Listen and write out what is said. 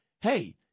Hey